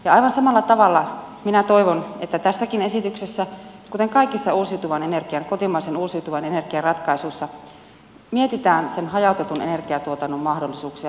ja aivan samalla tavalla minä toivon että tässäkin esityksessä kuten kaikissa kotimaisen uusiutuvan energian ratkaisuissa mietitään sen hajautetun energiatuotannon mahdollisuuksia pientuotannon mahdollisuuksia